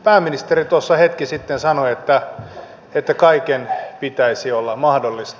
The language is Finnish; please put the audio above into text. pääministeri tuossa hetki sitten sanoi että kaiken pitäisi olla mahdollista